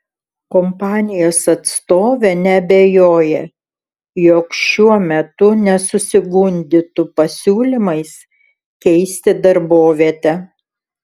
kompanijos atstovė neabejoja jog šiuo metu nesusigundytų pasiūlymais keisti darbovietę